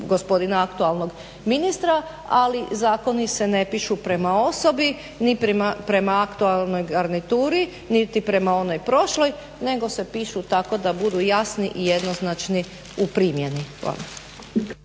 gospodina aktualnog ministra, ali zakoni se ne pišu prema osobi ni prema aktualnoj garnituri, niti prema onoj prošloj nego se pišu tako da budu jasni i jednoznačni u primjeni. Hvala.